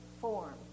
form